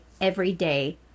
everyday